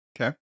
Okay